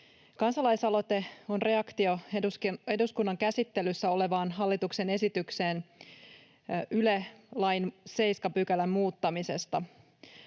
Kansalaisaloite on reaktio eduskunnan käsittelyssä olevaan hallituksen esitykseen Yle-lain 7 §:n muuttamisesta.